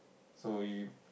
so you